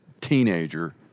teenager